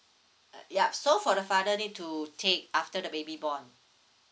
uh ya so for the father need to take after the baby born